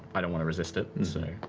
i don't want to resist it, and so